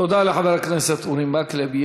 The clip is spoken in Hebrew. תודה לחבר הכנסת מקלב.